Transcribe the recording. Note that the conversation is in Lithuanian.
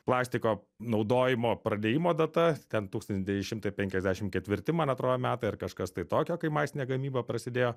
plastiko naudojimo pradėjimo data ten tūkstantis devyni šimtai penkiasdešim ketvirti man atro metai ar kažkas tai tokio kai masinė gamyba prasidėjo